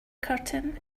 curtain